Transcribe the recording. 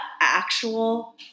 actual